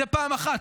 זאת פעם אחת.